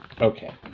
okay